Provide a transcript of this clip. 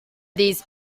those